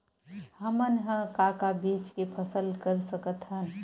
हमन ह का का बीज के फसल कर सकत हन?